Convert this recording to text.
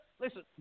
Listen